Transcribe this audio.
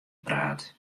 praat